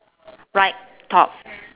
right top